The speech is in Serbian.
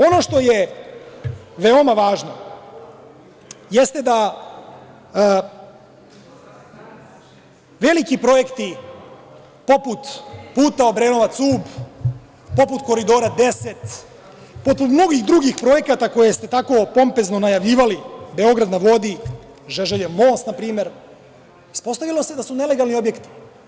Ono što je veoma važno jeste da veliki projekti poput puta Obrenovac-Ub, poput Koridora 10, poput mnogih drugih projekata koje ste tako pompezno najavljivali, „Beograd na vodi“, Žeželjev most, na primer, ispostavilo se da su nelegalni objekti.